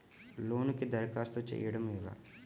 లోనుకి దరఖాస్తు చేయడము ఎలా?